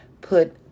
put